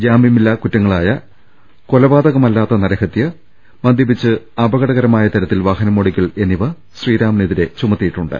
ജാമ്യമില്ലാ കുറ്റ ങ്ങളായ കൊലപാതകമല്ലാത്ത നരഹത്യ മദ്യപിച്ച് അപകട കരമായ തരത്തിൽ വാഹനമോടിക്കൽ എന്നിവ ശ്രീറാമി നെ തിരെ ചുമത്തിയിട്ടുണ്ട്